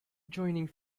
joining